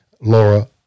Laura